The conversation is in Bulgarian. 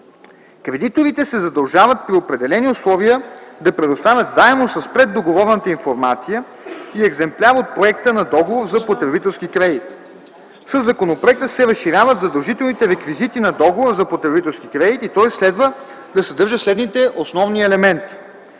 Кредиторите се задължават при определени условия да предоставят, заедно с преддоговорната информация, екземпляр от проекта на договор за потребителски кредит. Със законопроекта се разширяват задължителните реквизити на договора за потребителски кредит и той следва да съдържа следните основни елементи: